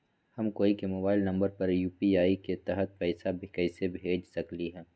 हम कोई के मोबाइल नंबर पर यू.पी.आई के तहत पईसा कईसे भेज सकली ह?